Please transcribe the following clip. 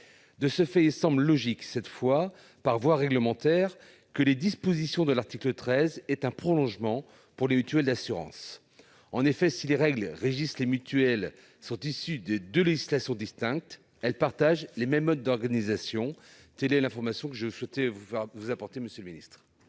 De ce fait, il semble logique, cette fois par voie réglementaire, que les dispositions de l'article 13 trouvent un prolongement pour les mutuelles d'assurance. En effet, si les mutuelles sont régies par des règles issues de deux législations distinctes, elles partagent les mêmes modes d'organisation. Telle est l'information que je souhaitais vous apporter, monsieur le ministre.